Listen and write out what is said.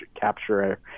capture